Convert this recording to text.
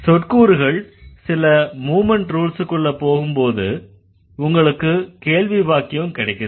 சொற்கூறுகள் சில மூவ்மெண்ட் ரூல்ஸ்க்குள்ள போகும்போது உங்களுக்கு கேள்வி வாக்கியம் கிடைக்குது